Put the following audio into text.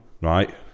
Right